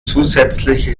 zusätzliche